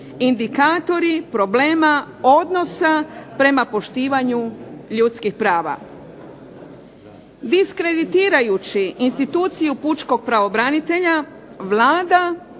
indikatori problema odnosa prema poštivanju ljudskih prava. Diskreditirajući instituciju pučkog pravobranitelja Vlada